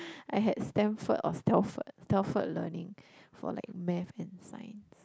I had Stamford or Stalford Stalford learning for like math and science